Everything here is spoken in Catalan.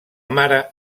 mare